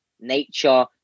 nature